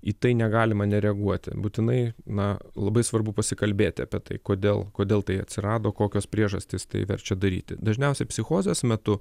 į tai negalima nereaguoti būtinai na labai svarbu pasikalbėti apie tai kodėl kodėl tai atsirado kokios priežastys tai verčia daryti dažniausiai psichozės metu